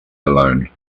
alone